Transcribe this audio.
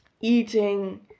Eating